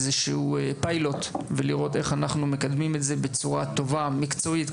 איזשהו פיילוט ולראות איך אנחנו מקדמים את זה בצורה טובה מקצועית,